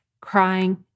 crying